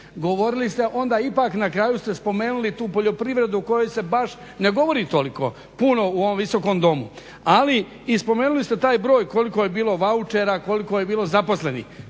govorili ste onda ipak na kraju ste spomenuli tu poljoprivredu o kojoj se baš ne govori toliko puno u ovom visokom domu. Ali i spomenuli ste taj koliko je bilo vaučera, koliko je bilo zaposlenih.